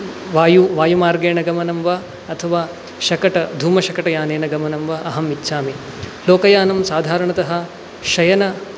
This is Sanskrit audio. वायु वायुमार्गेण गमनं वा अथवा शकट धूमशकटयानेन गमनं वा अहम् इच्छामि लोकयानं साधारणतः शयन